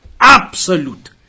absolute